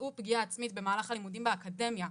ביצעו פגיעה עצמית במהלך הלימודים באקדמיה,